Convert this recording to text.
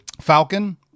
Falcon